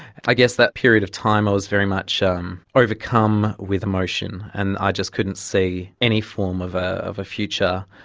i guess that period of time i was very much um overcome with emotion, and i just couldn't see any form of ah of a future.